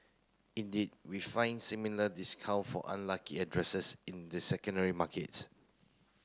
indeed we find similar discount for unlucky addresses in the secondary markets